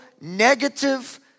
negative